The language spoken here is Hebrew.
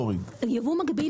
ייבוא מקביל